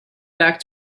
back